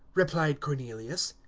replied cornelius,